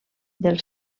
del